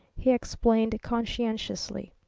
he explained conscientiously.